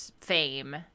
fame